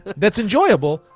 that's enjoyable,